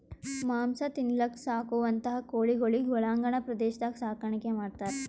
ಮಾಂಸ ತಿನಲಕ್ಕ್ ಸಾಕುವಂಥಾ ಕೋಳಿಗೊಳಿಗ್ ಒಳಾಂಗಣ ಪ್ರದೇಶದಾಗ್ ಸಾಕಾಣಿಕೆ ಮಾಡ್ತಾರ್